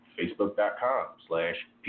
facebook.com/slash